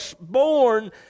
born